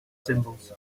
symbols